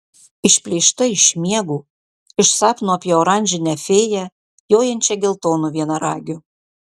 išplėšta iš miego iš sapno apie oranžinę fėją jojančią geltonu vienaragiu